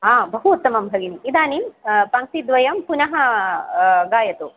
बहु उत्तमं भगिनी इदानीं पङ्क्तिद्वयं पुनः गायतु